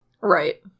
Right